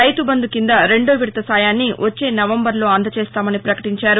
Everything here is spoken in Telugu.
రైతుబంధు కింద రెండో విడత సాయాన్ని వచ్చే నవంబరులో అందజేస్తామని ప్రకటించారు